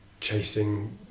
chasing